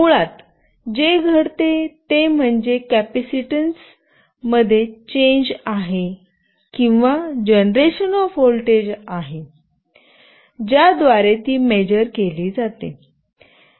मुळात जे घडते ते म्हणजे कपॅसिटीन्स मध्ये चेन्ज आहे किंवा जनरेशन ऑफ व्होल्टेज आहे ज्याद्वारे ती मेजर केली जाते